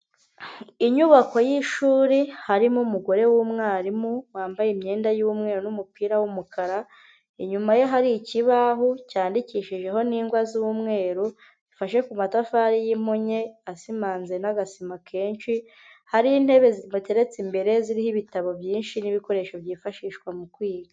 Inyubako y'ishuri harimo umugore w'umwarimu wambaye imyenda yumweru n'umupira w'umukara, inyuma ye hari ikibaho cyandikishijeho n'ingwa z'umweru, gifashe ku matafari yimpunye, asimanze n'agasima kenshi, hari intebe zibateretse imbere ziriho ibitabo byinshi n'ibikoresho byifashishwa mu kwiga.